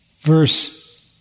Verse